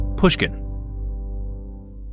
pushkin